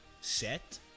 set